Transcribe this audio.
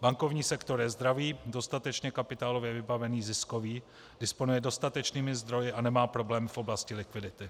Bankovní sektor je zdravý, dostatečně kapitálově vybavený, ziskový, disponuje dostatečnými zdroji a nemá problém v oblasti likvidity.